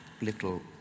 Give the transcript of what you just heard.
little